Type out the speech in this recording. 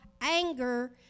anger